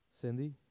Cindy